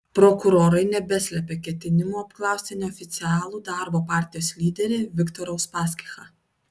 prokurorai nebeslepia ketinimų apklausti neoficialų darbo partijos lyderį viktorą uspaskichą